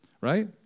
right